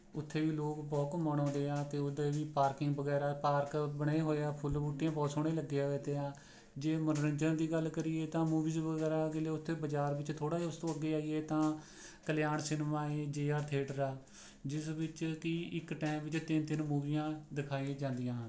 ਉੱਥੇ ਵੀ ਲੋਕ ਬਹੁਤ ਘੁੰਮਣ ਆਉਂਦੇ ਆ ਅਤੇ ਉੱਥੇ ਵੀ ਪਾਰਕਿੰਗ ਵਗੈਰਾ ਪਾਰਕ ਬਣੇ ਹੋਏ ਆ ਫੁੱਲ ਬੂਟੀਆਂ ਬਹੁਤ ਸੋਹਣੇ ਲੱਗੇ ਵੀਆ ਤੀਆ ਜੇ ਮਨੋਰੰਜਨ ਦੀ ਗੱਲ ਕਰੀਏ ਤਾਂ ਮੂਵੀਜ ਵਗੈਰਾ ਦੇ ਲਈ ਉੱਥੇ ਬਜ਼ਾਰ ਵਿੱਚ ਥੋੜ੍ਹਾ ਜਿਹਾ ਉਸ ਤੋਂ ਅੱਗੇ ਆਈਏ ਤਾਂ ਕਲਿਆਣ ਸਿਨਮਾ ਹੈ ਜੇ ਆਰ ਥੀਏਟਰ ਆ ਜਿਸ ਵਿੱਚ ਕਿ ਇੱਕ ਟਾਈਮ ਵਿੱਚ ਤਿੰਨ ਤਿੰਨ ਮੂਵੀਆਂ ਦਿਖਾਈਆਂ ਜਾਂਦੀਆਂ ਹਨ